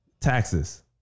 Taxes